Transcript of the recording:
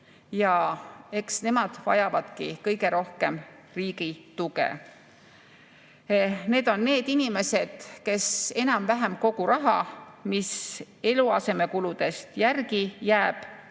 Eks nemad vajavadki kõige rohkem riigi tuge. Need on inimesed, kes enam-vähem kogu raha, mis eluasemekuludest järele jääb,